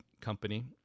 company